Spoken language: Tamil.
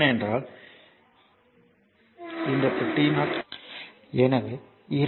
ஏனென்றால் இந்த t0 ஐ t க்கு எப்போது புரிந்துகொள்வோம்